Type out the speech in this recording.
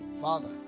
father